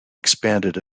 expanded